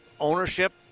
ownership